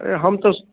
अरे हम तऽ